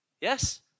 yes